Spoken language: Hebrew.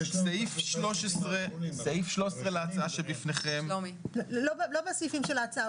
סעיף 13 להצעה שבפניכם --- לא בסעיפים של ההצעה,